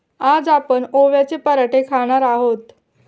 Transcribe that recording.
आज आपण ओव्याचे पराठे खाणार आहोत